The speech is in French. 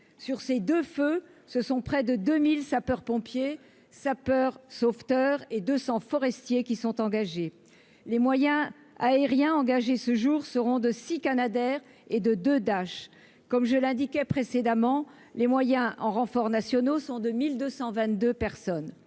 Sur ces deux feux, près de 2 000 sapeurs-pompiers et sapeurs-sauveteurs, ainsi que 200 forestiers, sont engagés. Les moyens aériens déployés à ce jour sont six Canadair et deux Dash. Comme je l'indiquais précédemment, les moyens en renforts nationaux atteignent 1 222 personnes.